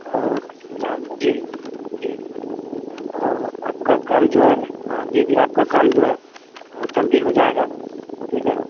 اور جہاں جی جی اور آپ کا کام جو ہے ہاں جی جی آپ کا کام جو ہے جلدی ہو جائے گا ٹھیک ہے